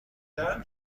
کنم